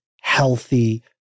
healthy